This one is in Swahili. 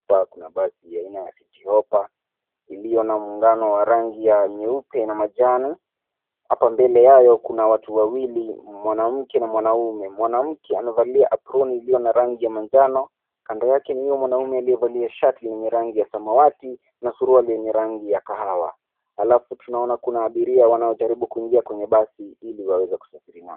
Hapa kuna basi ya aina ya City Hoppa iliyo na muungano wa rangi ya nyeupe na majani. Hapa mbele hayo kuna watu wawili mwanamke na mwanaume. Mwanamke amevalia aproni iliyo na rangi ya manjano kando yake ni huyu mwanaume aliyevalia shati lenye rangi ya samawati na suruali yenye rangi ya kahawa alafu tunaona kuna abiria wanaojaribu kuingia kwenye basi ili waweze kusafiri nalo.